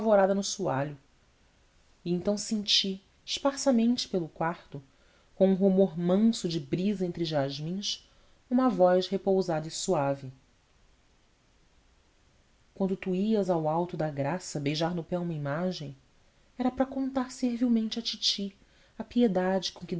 e então senti esparsamente pelo quarto com um rumor manso de brisa entre jasmins uma voz repousada e suave quando tu ias ao alto da graça beijar no pé uma imagem era para contar servilmente à titi a piedade com